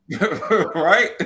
Right